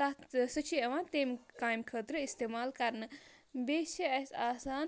تَتھ سُہ چھِ اِوان تمہِ کامہِ خٲطرٕ اِستعمال کَرنہٕ بیٚیہِ چھِ اَسہِ آسان